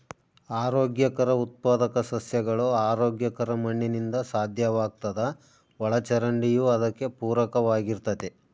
ಆರೋಗ್ಯಕರ ಉತ್ಪಾದಕ ಸಸ್ಯಗಳು ಆರೋಗ್ಯಕರ ಮಣ್ಣಿನಿಂದ ಸಾಧ್ಯವಾಗ್ತದ ಒಳಚರಂಡಿಯೂ ಅದಕ್ಕೆ ಪೂರಕವಾಗಿರ್ತತೆ